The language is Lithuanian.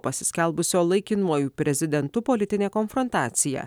pasiskelbusio laikinuoju prezidentu politinė konfrontacija